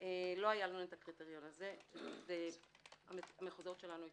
לא היה לנו הקריטריון הזה, והמחוזות שלנו התמוטטו,